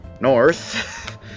north